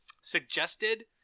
suggested